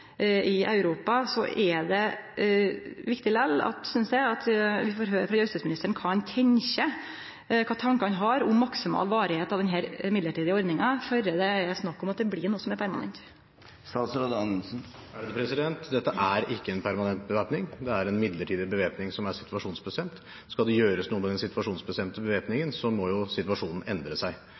i Europa, er det likevel viktig, synest eg, at vi får høre frå justisministeren kva han tenkjer, kva tankar han har om maksimal varigheit av denne midlertidige ordninga før det er snakk om at det blir noko som er permanent. Dette er ikke en permanent bevæpning, det er en midlertidig bevæpning som er situasjonsbestemt. Skal det gjøres noe med den situasjonsbestemte bevæpningen, må jo situasjonen endre seg.